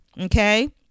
Okay